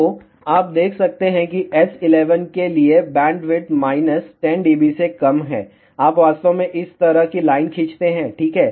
तो आप देख सकते हैं कि S11 के लिए बैंडविड्थ माइनस 10 डीबी से कम है आप वास्तव में इस तरह की लाइन खींचते हैं ठीक है